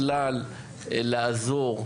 בכלל לעזור,